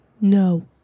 No